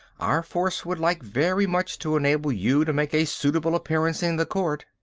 our force would like very much to enable you to make a suitable appearance in the court.